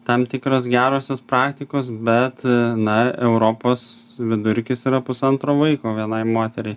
tam tikros gerosios praktikos bet na europos vidurkis yra pusantro vaiko vienai moteriai